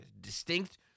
distinct